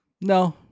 No